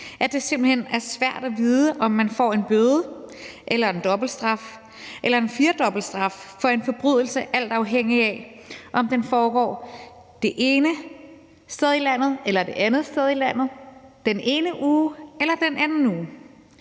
at det simpelt hen er svært at vide, om man får en bøde eller en dobbeltstraf eller en firdobbelt straf for en forbrydelse, alt afhængigt af om den foregår det ene sted i landet eller det andet sted i landet, den ene uge eller den anden uge.